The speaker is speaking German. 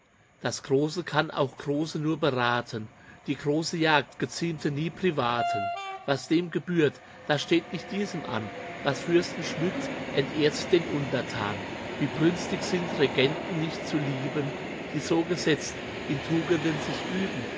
das große kann auch große nur beraten die große jagd geziemte nie privaten was dem gebührt das steht nicht diesem an was fürsten schmückt entehrt den untertan wie brünstig sind regenten nicht zu lieben die so gesetzt in tugenden sich üben